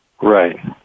Right